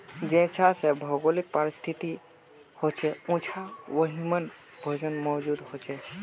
जेछां जे भौगोलिक परिस्तिथि होछे उछां वहिमन भोजन मौजूद होचे